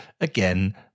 again